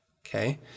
okay